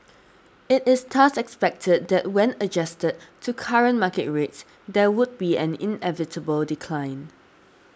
it is thus expected that when adjusted to current market rates there would be an inevitable decline